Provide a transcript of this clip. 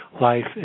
life